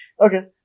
Okay